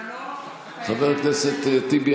חבר הכנסת טיבי,